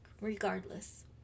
regardless